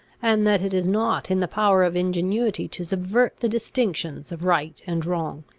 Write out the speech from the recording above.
and that it is not in the power of ingenuity to subvert the distinctions of right and wrong.